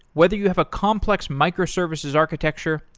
whether you have a complex microservices architecture,